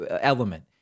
element